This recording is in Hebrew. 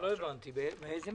כלומר אם אנחנו